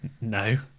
No